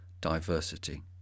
diversity